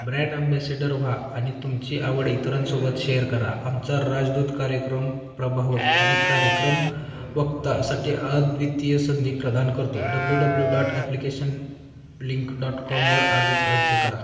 brand ambassador व्हा आणि तुमची आवड इतरांसोबत शेअर करा आमचा राजदूत कार्यक्रम प्रभावक आणि कार्यक्रम वक्ता साठी अद्वितीय संधी प्रदान करतो W W dot application link dot कॉमवर आजच अर्ज करा